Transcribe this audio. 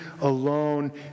alone